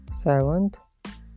Seventh